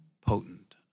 potent